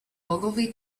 ogilvy